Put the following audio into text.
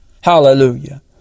hallelujah